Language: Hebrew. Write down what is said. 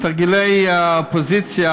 תרגילי האופוזיציה,